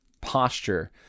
posture